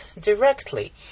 directly